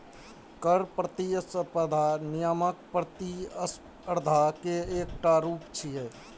कर प्रतिस्पर्धा नियामक प्रतिस्पर्धा के एकटा रूप छियै